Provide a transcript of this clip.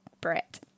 Brett